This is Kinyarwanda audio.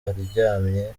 aryamye